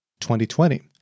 2020